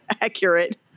accurate